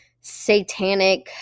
satanic